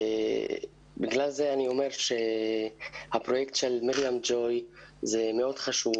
בגלל זה אני אומר שהפרויקט של 'מרים ג'וי' מאוד חשוב